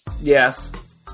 Yes